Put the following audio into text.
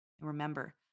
Remember